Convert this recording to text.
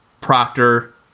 proctor